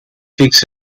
fixed